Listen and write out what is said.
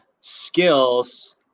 skills